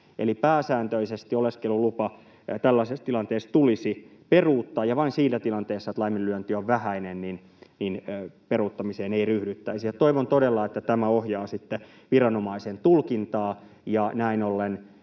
Eli pääsääntöisesti oleskelulupa tällaisessa tilanteessa tulisi peruuttaa, ja vain siinä tilanteessa, että laiminlyönti on vähäinen, peruuttamiseen ei ryhdyttäisi. Toivon todella, että tämä ohjaa sitten viranomaisen tulkintaa ja näin ollen